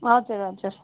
हजुर हजुर